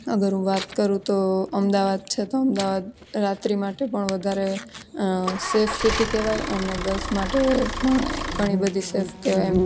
અગર હું વાત કરું તો અમદાવાદ છે તો અમદાવાદ રાત્રિ માટે પણ વધારે સેફ સિટી કહેવાય અને ગર્લ્સ માટે પણ એ ઘણી બધી સેફ કહેવાય એમ